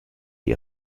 die